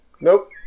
Nope